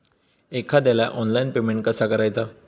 एखाद्याला online payment कसा करायचा?